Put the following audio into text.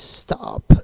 stop